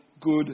good